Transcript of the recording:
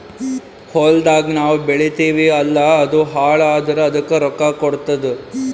ಹೊಲ್ದಾಗ್ ನಾವ್ ಬೆಳಿತೀವಿ ಅಲ್ಲಾ ಅದು ಹಾಳ್ ಆದುರ್ ಅದಕ್ ರೊಕ್ಕಾ ಕೊಡ್ತುದ್